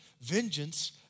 vengeance